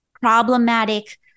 problematic